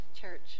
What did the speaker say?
church